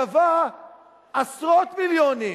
שווה עשרות מיליונים?